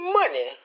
money